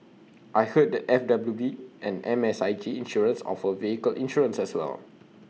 I heard that F W D and M S I G insurance offer vehicle insurance as well